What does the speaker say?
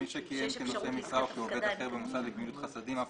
מי שכיהן כנושא משרה או כעובד אחר במוסד לגמילות חסדים אף